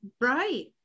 Right